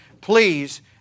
please